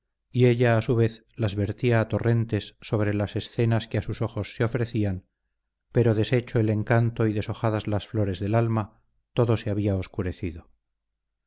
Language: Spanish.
y ella a su vez las vertía a torrentes sobre las escenas que a sus ojos se ofrecían pero deshecho el encanto y deshojadas las flores del alma todo se había oscurecido